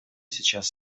сейчас